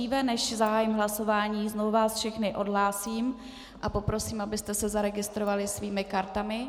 Dříve než zahájím hlasování, znovu vás všechny odhlásím a poprosím, abyste se zaregistrovali svými kartami.